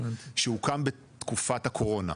שהוקם בתקופת הקורונה,